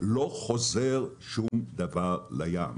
לא חוזר שום דבר לים.